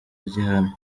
gihamya